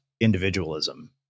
individualism